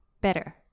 better